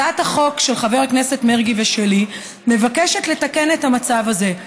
הצעת החוק של חבר הכנסת מרגי ושלי מבקשת לתקן את המצב הזה,